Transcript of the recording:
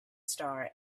star